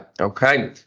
Okay